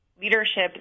leadership